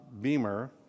Beamer